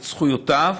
את זכויותיו